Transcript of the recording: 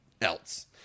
else